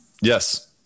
Yes